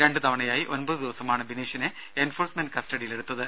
രണ്ടു തവണയായി ഒമ്പതു ദിവസമാണ് ബിനീഷിനെ എൻഫോഴ്സമെന്റ് കസ്റ്റഡിയിലെടുത്തത്